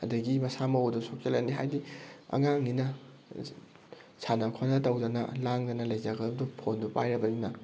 ꯑꯗꯒꯤ ꯃꯁꯥ ꯃꯎꯗꯣ ꯁꯣꯛꯆꯜꯂꯅꯤ ꯍꯥꯏꯗꯤ ꯑꯉꯥꯡꯅꯤꯅ ꯁꯥꯟꯅ ꯈꯣꯠꯅ ꯇꯧꯗꯅ ꯂꯥꯡꯗꯅ ꯂꯩꯖꯒꯗꯧꯗꯣ ꯐꯣꯟꯗꯣ ꯄꯥꯏꯔꯕꯅꯤꯅ